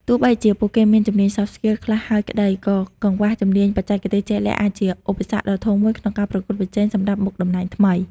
ទោះបីជាពួកគេមានជំនាញ soft skills ខ្លះហើយក្ដី ក៏កង្វះជំនាញបច្ចេកទេសជាក់លាក់អាចជាឧបសគ្គដ៏ធំមួយក្នុងការប្រកួតប្រជែងសម្រាប់មុខតំណែងថ្មី។